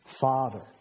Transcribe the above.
father